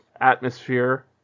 atmosphere